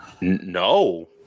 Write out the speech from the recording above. No